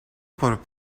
por